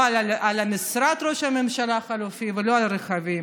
על משרד ראש ממשלה חלופי ולא על רכבים.